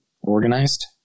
organized